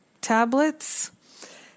tablets